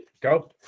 go